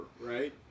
right